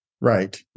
Right